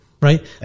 right